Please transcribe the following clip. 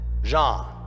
Jean